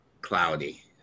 Cloudy